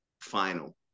final